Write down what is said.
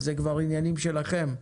זה כבר עניינים שלכם.